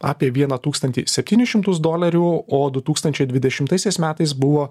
apie vieną tūkstantį septynis šimtus dolerių o du tūkstančiai dvidešimtaisiais metais buvo